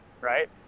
right